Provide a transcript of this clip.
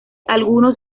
algunos